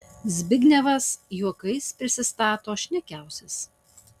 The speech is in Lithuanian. zbignevas juokais prisistato šnekiausias